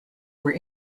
were